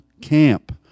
camp